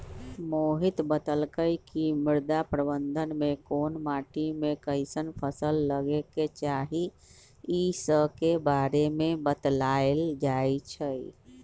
मोहित बतलकई कि मृदा प्रबंधन में कोन माटी में कईसन फसल लगे के चाहि ई स के बारे में बतलाएल जाई छई